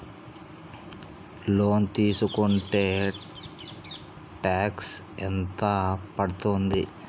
Loan తీస్కుంటే tax ఎంత పడ్తుంది?